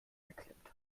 geklemmt